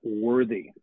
Worthy